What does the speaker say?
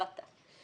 לא אתה.